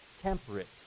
temperate